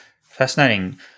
Fascinating